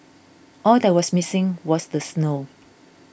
all that was missing was the snow